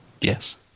Yes